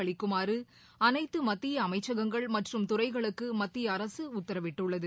அளிக்குமாறு அனைத்து மத்திய அமைச்சகங்கள் மற்றும் துறைகளுக்கு மத்திய அரசு உத்தரவிட்டுள்ளது